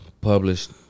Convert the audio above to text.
published